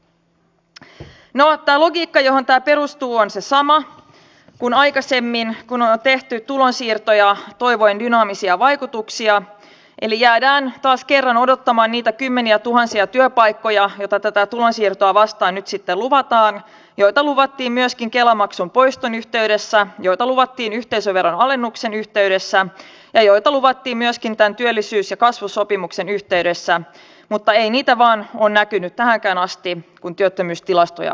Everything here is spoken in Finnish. no tämä logiikka johon tämä perustuu on sama kuin aikaisemmin kun on tehty tulonsiirtoja toivoen dynaamisia vaikutuksia eli jäädään taas kerran odottamaan niitä kymmeniätuhansia työpaikkoja joita tätä tulonsiirtoa vastaan nyt sitten luvataan joita luvattiin myöskin kela maksun poiston yhteydessä joita luvattiin yhteisöveron alennuksen yhteydessä ja joita luvattiin myöskin tämän työllisyys ja kasvusopimuksen yhteydessä mutta ei niitä vain ole näkynyt tähänkään asti kun työttömyystilastoja katsoo